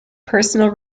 personal